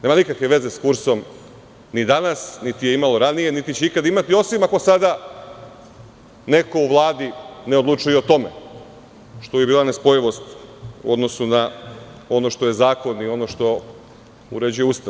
Nema nikakve veze sa kursom ni danas, niti je imalo ranije, niti će ikada imati, osim ako sada neko u Vladi ne odlučuje i o tome, što bi bila nespojivost u odnosu na ono što je zakon i ono što uređuje Ustav.